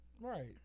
Right